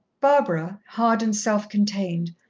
barbara, hard and self-contained,